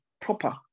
proper